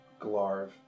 Glarv